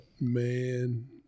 man